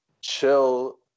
chill